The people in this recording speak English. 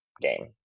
game